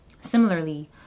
Similarly